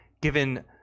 given